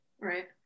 right